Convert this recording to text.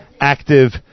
active